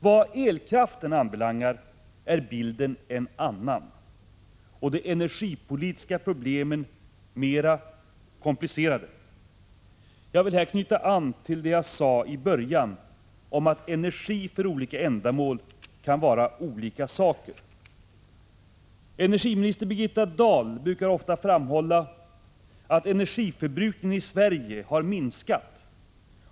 Vad elkraften anbelangar är bilden en annan, och de energipolitiska problemen mera komplicerade. Jag vill här knyta an till vad jag sade i början om att energi för olika ändamål kan vara olika saker. Energiminister Birgitta Dahl brukar ofta framhålla, att energiförbrukningen i Sverige har minskat.